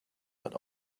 but